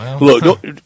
Look